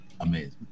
amazing